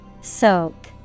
Soak